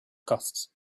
costs